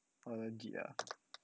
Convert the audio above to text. oh legit ah